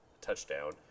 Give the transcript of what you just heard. touchdown